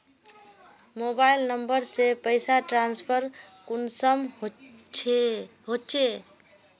Mobile number से पैसा transfer कुंसम होचे?